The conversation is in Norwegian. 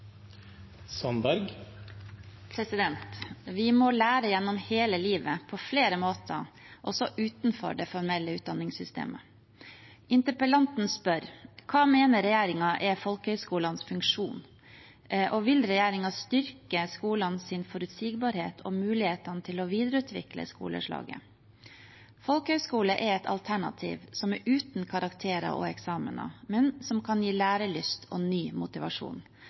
Vi må lære gjennom hele livet, på flere måter, også utenfor det formelle utdanningssystemet. Interpellanten spør: «Hva mener regjeringen er folkehøgskolenes funksjon i utdanningssystemet, og vil regjeringen styrke skolenes forutsigbarhet og mulighetene for å videreutvikle skoleslaget?» Folkehøyskole er et alternativ som er uten karakterer og eksamener, men som kan gi lærelyst og ny motivasjon.